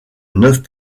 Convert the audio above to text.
neuf